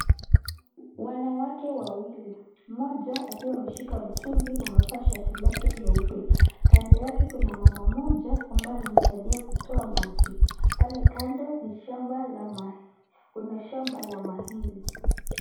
Wanawake wawili mmoja akiwa ameshika mtungi na amevaa shati lake nyeupe. Kando yake kuna mama mmoja ambaye anmsaidia kutoa maji. Pale kando ni shamba la, kuna shamba la maembe.